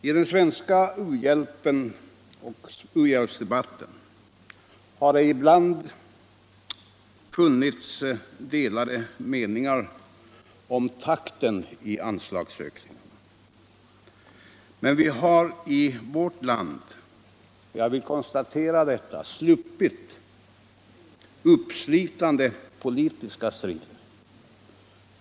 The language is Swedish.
I den svenska u-hjälpsdebatten har det ibland funnits delade meningar om takten i anslagsökningen. Men jag vill konstatera att vi i vårt land har sluppit uppstitande politiska strider.